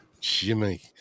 Jimmy